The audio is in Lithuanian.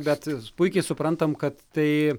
bet puikiai suprantam kad tai